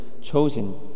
chosen